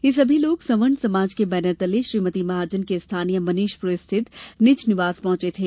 ये सभी लोग सवर्ण समाज के बैनर तले श्रीमती महाजन के स्थानीय मनीषपुरी स्थित निज निवास पहुंचे थे